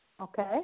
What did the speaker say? Okay